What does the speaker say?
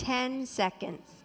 ten seconds